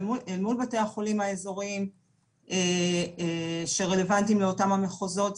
מול בתי החולים האזורים שרלוונטיים לאותם המחוזות.